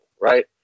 Right